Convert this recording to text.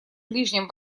ближнем